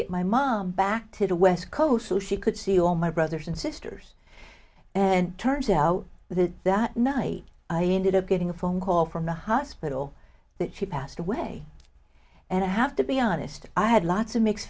get my mom back to the west coast so she could see all my brothers and sisters and turns out that that night i ended up getting a phone call from the hospital that she passed away and i have to be honest i had lots of mixed